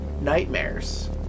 Nightmares